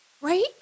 right